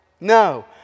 No